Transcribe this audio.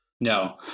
No